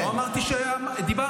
לא אמרתי שדיברת.